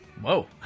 Whoa